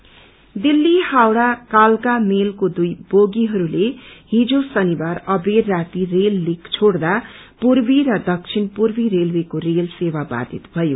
derailed Delhi झउड़ा कालका मेलक्षे दुइ बोगीहरूले हिज शनिवार अबेर राती रेल तीक छोड़दा पूर्वी र दक्षिण पूर्वी रेलवेको रेल सेवा बाधित भयो